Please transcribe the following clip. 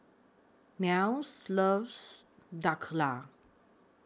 Nels loves Dhokla